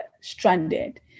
stranded